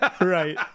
Right